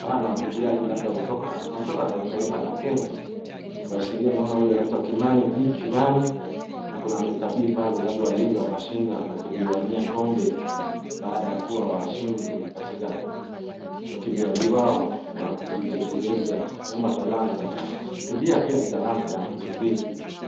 Hawa ni wakimbiaji labda kutoka wanatoka taifa la Kenya. Waashiria naona huyu anaitwa Kimani B Kimani na kuna Mr. B pale labda waliweza wakashinda na kujiwania kombe baada ya kuwa washindi katika ukimbiaji wao wa kujitekeleza ama talanta. Ukimbia pia ni talanta ya mtu.